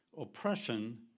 oppression